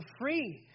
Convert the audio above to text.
free